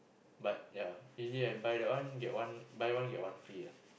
but ya usually I buy that one get one buy one get one free ah